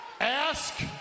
Ask